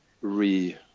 re